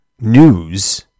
news